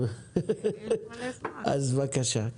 בבקשה.